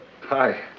Hi